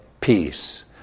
peace